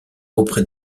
auprès